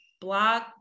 blog